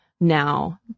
now